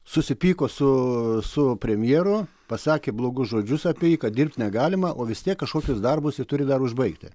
susipyko su su premjeru pasakė blogus žodžius apie jį kad dirbti negalima o vis tiek kažkokius darbus ji turi dar užbaigti